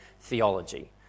theology